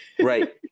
Right